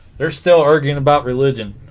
they're still arguing about religion